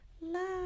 love